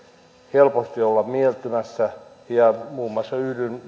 helposti olla mieltymässä ja yhdyn mielelläni muun muassa edustaja paateron edellä lausuttuihin